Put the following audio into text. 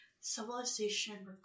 civilization